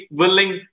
willing